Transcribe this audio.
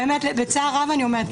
ובצער רב אני אומרת,